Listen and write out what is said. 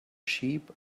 sheep